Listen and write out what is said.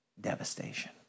devastation